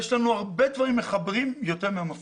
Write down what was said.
יש לנו הרבה דברים מחברים והם יותר מאלה המפרידים.